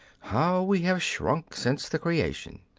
how we have shrunk since the creation!